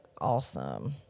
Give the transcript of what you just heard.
awesome